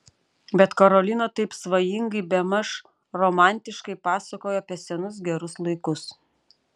bet karolina taip svajingai bemaž romantiškai pasakojo apie senus gerus laikus